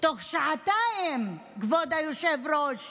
תוך שעתיים, כבוד היושב-ראש,